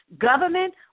government